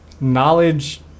knowledge